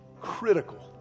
critical